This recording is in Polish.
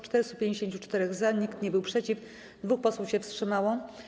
454 - za, nikt nie był przeciw, 2 posłów się wstrzymało.